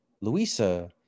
Louisa